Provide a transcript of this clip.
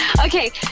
Okay